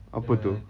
apa tu